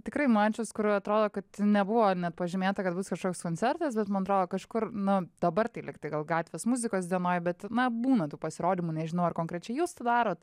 tikrai mačius kur atrodo kad nebuvo net pažymėta kad bus kažkoks koncertas bet man atrodo kažkur nu dabar tai lyg tai gal gatvės muzikos dienoj bet na būna tų pasirodymų nežinau ar konkrečiai jūs tą darot